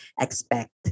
expect